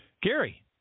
Gary